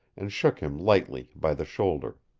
and shook him lightly by the shoulder.